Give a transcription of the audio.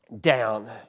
down